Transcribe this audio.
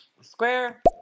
Square